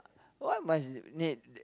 why must need